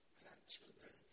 grandchildren